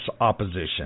opposition